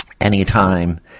anytime